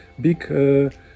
big